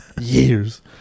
years